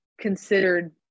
considered –